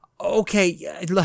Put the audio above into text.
Okay